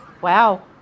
wow